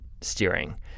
steering